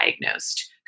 diagnosed